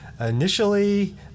initially